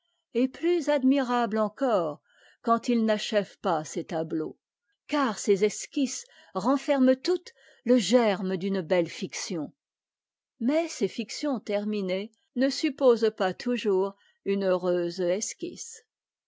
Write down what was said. et plus admirable encore quand il n'achève pas ses tableaux car ses esquisses renferment toutes le germe d'une belle fiction mais ses fictions terminées ne supposent pas toujours une heureuse esquisse